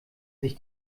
sich